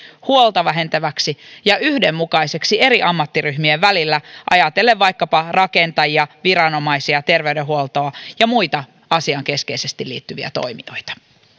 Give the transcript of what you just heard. huolta vähentäviksi ja yhdenmukaisiksi eri ammattiryhmien välillä ajatellen vaikkapa rakentajia viranomaisia terveydenhuoltoa ja muita asiaan keskeisesti liittyviä toimijoita